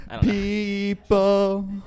people